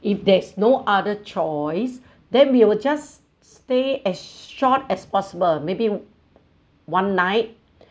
if there is no other choice then we will just stay as short as possible maybe one night